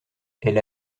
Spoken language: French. elle